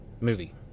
Movie